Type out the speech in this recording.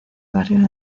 barrio